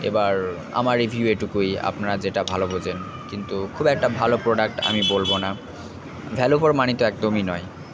এবার আমার রিভিউ এটুকুই আপনারা যেটা ভালো বোঝেন কিন্তু খুব একটা ভালো প্রোডাক্ট আমি বলবো না ভ্যালু ফর মানি তো একদমই নয়